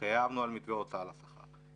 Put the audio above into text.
התחייבנו על מתווה הוצאה על השכר,